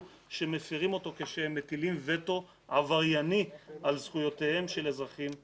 שמפרים אותו כשהם מטילים וטו עברייני על זכויותיהם של אזרחים שלווים'.